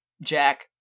Jack